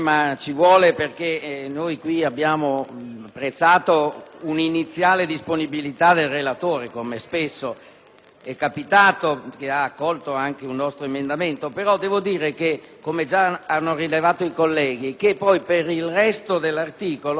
apprezzato un'iniziale disponibilità del relatore - come spesso è capitato - che ha accolto anche un nostro emendamento, poi però, come già hanno rilevato i colleghi, per il resto dell'articolo questa disponibilità non c'è più stata.